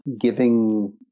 giving